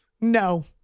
No